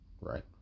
right